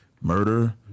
murder